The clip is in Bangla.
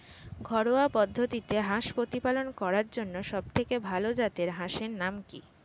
ঘরোয়া পদ্ধতিতে হাঁস প্রতিপালন করার জন্য সবথেকে ভাল জাতের হাঁসের নাম কি?